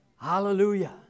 Hallelujah